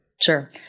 Sure